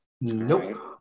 Nope